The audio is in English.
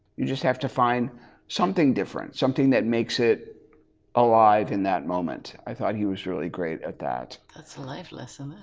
you just have to find something different something that makes it alive in that moment. i thought he was really great at that. that's a life lesson.